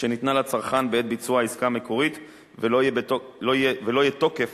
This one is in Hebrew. שניתנה לצרכן בעת ביצוע העסקה המקורית ולא יהיה תוקף